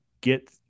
get